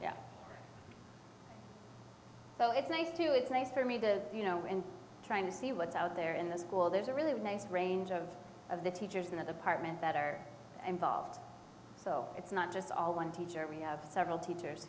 be so it's nice too it's nice for me to you know trying to see what's out there in the school there's a really nice range of of the teachers in the apartment that are involved so it's not just all one teacher we have several teachers